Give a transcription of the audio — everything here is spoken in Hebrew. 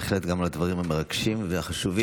בהחלט גם על הדברים המרגשים והחשובים.